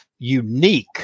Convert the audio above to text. unique